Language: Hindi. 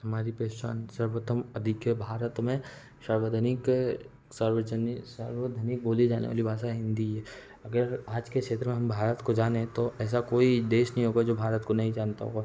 हमारी पहचान सर्वथम अधिक है भारत में सर्वाधानिक सार्वजनिक सार्वजनिक बोली जाने वाली भाषा हिन्दी है अगर आज के क्षेत्र में हम भारत को जाने तो ऐसा कोई देश नहीं होगा जो भारत को नहीं जानता होगा